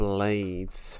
Blades